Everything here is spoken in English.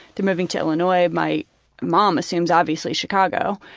to moving to illinois, my mom assumes, obviously chicago,